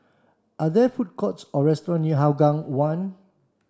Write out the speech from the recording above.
are there food courts or restaurant near Hougang One